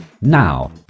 Now